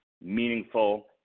meaningful